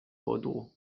bordeaux